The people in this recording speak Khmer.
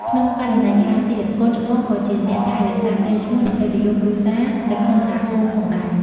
ក្នុងករណីខ្លះទៀត កូនច្បងក៏ជាអ្នកថែរក្សាកេរ្តិ៍ឈ្មោះ និង កិត្តិយសគ្រួសារនៅក្នុងសហគមន៍ផងដែរ។